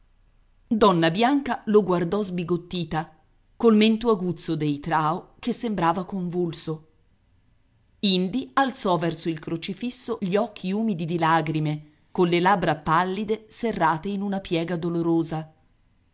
donna bianca lo guardò sbigottita col mento aguzzo dei trao che sembrava convulso indi alzò verso il crocifisso gli occhi umidi di lagrime colle labbra pallide serrate in una piega dolorosa